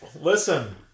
Listen